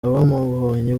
abamubonye